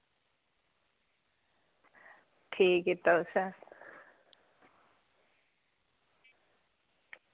ठीक कीता तुसें